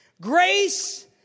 Grace